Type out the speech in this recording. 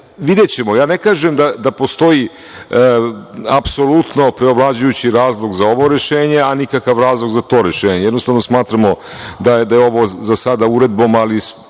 one…Videćemo. Ja ne kažem da postoji apsolutno preovlađujući razlog za ovo rešenje, a nikakav razlog za to rešenje, jednostavno, smatramo da je ovo za sada uredbom, ali